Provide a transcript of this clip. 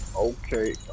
Okay